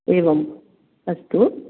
एवम् अस्तु